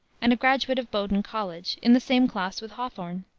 and a graduate of bowdoin college, in the same class with hawthorne.